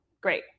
great